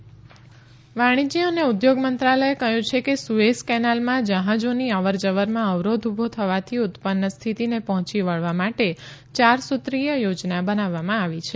વાણિજય Suez canal વાણિજય અને ઉદ્યોગ મંત્રાલયે કહયું છે કે સુએઝ કેનાલમાં જહાજોની અવર જવરમાં અવરોધ ઉભો થવાથી ઉત્પન્ન સ્થિતિને પહોંચી વળવા માટે ચાર સુત્રીય યોજના બનાવવામાં આવી છે